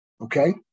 okay